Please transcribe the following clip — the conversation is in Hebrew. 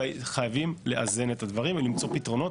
וחייבים לאזן את הדברים ולמצוא פתרונות